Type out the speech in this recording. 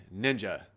NINJA